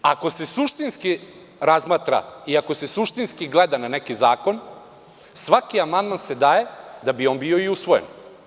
Ako se suštinski razmatra i ako se suštinski gleda na neki zakon, svaki amandman se daje da bi bio i usvojen.